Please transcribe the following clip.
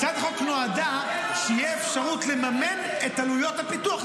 הצעת החוק נועדה שתהיה אפשרות לממן את עלויות הפיתוח,